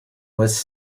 was